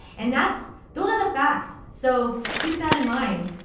and that's those are the facts. so keep that in mind.